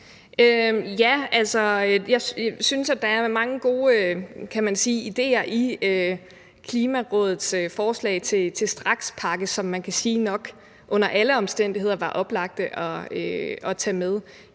jeg synes, at der er mange gode ideer i Klimarådets forslag til en strakspakke, som man kan sige nok under alle omstændigheder var oplagte at tage med